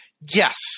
Yes